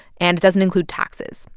and it doesn't include taxes.